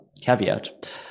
caveat